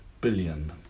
billion